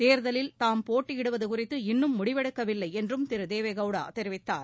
தேர்தலில் தாம் போட்டியிடுவது குறித்து இன்னும் முடிவெடுக்கவில்லை என்றும் திரு தேவேகவுடா தெரிவித்தார்